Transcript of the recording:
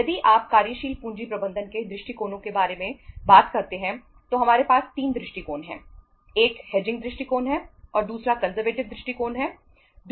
यदि आप कार्यशील पूंजी प्रबंधन के दृष्टिकोणों के बारे में बात करते हैं तो हमारे पास 3 दृष्टिकोण हैं